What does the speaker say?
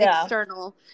external